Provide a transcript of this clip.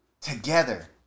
together